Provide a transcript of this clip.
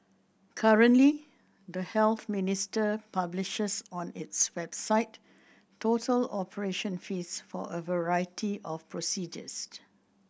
currently the Health Ministry publishes on its website total operation fees for a variety of